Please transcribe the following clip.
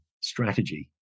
strategy